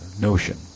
notion